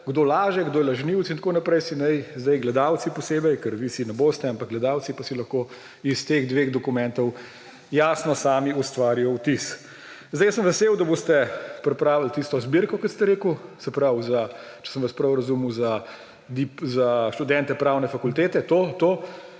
Kdo laže, kdo je lažnivec in tako naprej, si naj sedaj gledalci posebej, ker vi si ne boste, ampak gledalci pa si lahko iz teh dveh dokumentov jasno sami ustvarijo vtis. Jaz sem vesel, da boste pripravili tisto zbirko, kot ste rekli, če sem vas prav razumel, za študente pravne fakultete. To, da